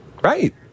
Right